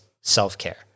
Self-Care